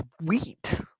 Sweet